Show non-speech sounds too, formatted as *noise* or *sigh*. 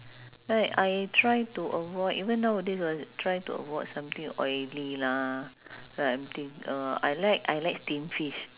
like I try to avoid even nowadays *noise* I try to avoid something oily lah like I'm think uh I like I like steamed fish